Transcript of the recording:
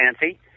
fancy